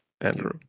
Andrew